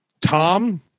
Tom